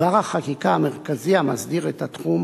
דבר החקיקה המרכזי המסדיר את התחום